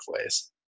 ways